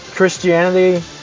Christianity